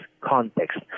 context